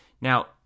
Now